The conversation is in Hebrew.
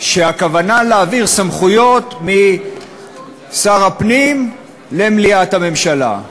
כשהכוונה להעביר סמכויות משר הפנים למליאת הממשלה.